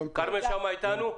כרמל שאמה איתנו?